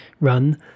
run